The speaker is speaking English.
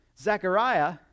Zechariah